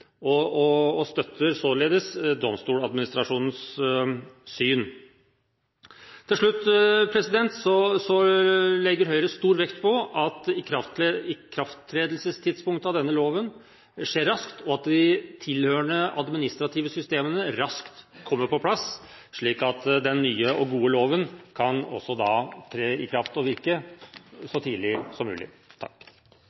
saksbehandlergebyret, og således støtter Domstoladministrasjonens syn. Til slutt legger Høyre stor vekt på at ikrafttredelsestidspunktet for denne loven skjer raskt, og at de tilhørende administrative systemene raskt kommer på plass, slik at den nye og gode loven også kan tre i kraft og virke så